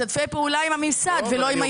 משתפי פעולה עם הממסד ולא עם הילד.